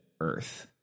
Earth